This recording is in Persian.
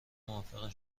موافقم